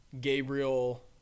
Gabriel